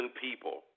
people